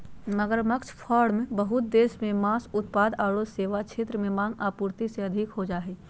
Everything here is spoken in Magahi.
मगरमच्छ फार्म बहुत देश मे मांस उत्पाद आरो सेवा क्षेत्र में मांग, आपूर्ति से अधिक हो जा हई